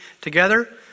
together